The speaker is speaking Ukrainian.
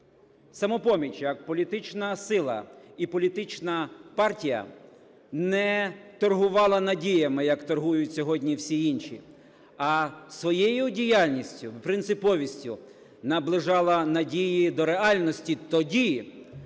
"Самопоміч", як політична сила і політична партія, не торгувала надіями, як торгують сьогодні всі інші, а своєю діяльністю, принциповістю наближала надію до реальності тоді,